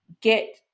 get